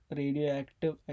radioactive